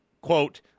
quote